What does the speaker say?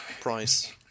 Price